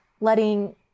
letting